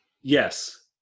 Yes